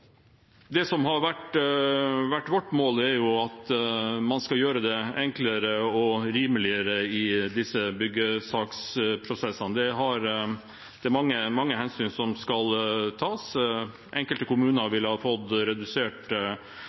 Det som har vært vårt mål, er at man skal gjøre det enklere og rimeligere i disse byggesaksprosessene. Det er mange hensyn som skal tas. Enkelte kommuner ville ha fått redusert saksbehandlingstiden med mellom 30 og